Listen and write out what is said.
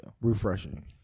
Refreshing